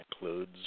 includes